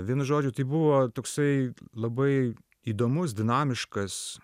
vienu žodžiu tai buvo toksai labai įdomus dinamiškas